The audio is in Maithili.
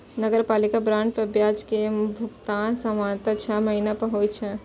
नगरपालिका बांड पर ब्याज के भुगतान सामान्यतः छह महीना पर होइ छै